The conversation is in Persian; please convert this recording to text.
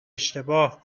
اشتباه